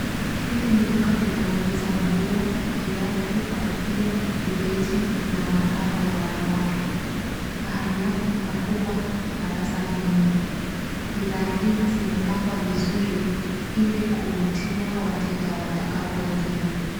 Hili ni duka linalouza nguo, viatu, kofia, vibeti na mapambo ya wanawake. Pahali hapa ni pakubwa na pasafi mno. Bidhaa hizi zimepangwa vizuri ili kuvutia wateja watakapoingia.